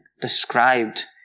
described